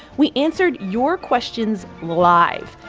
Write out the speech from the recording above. we answered your questions live.